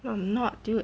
no I'm not dude